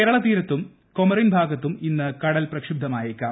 കേരള തീരത്തും കൊമോറിൻ ഭാഗത്തും ഇന്ന് കടൽ പ്രക്ഷുബ്പമായേക്കാം